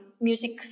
music